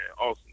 Awesome